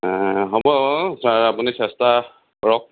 হ'ব ছাৰ আপুনি চেষ্টা কৰক